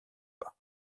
pas